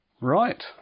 Right